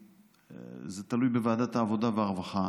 זה תלוי בוועדת העבודה והרווחה.